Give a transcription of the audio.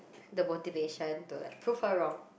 the motivation to like prove her wrong